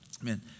Amen